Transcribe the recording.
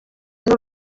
n’u